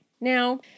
Now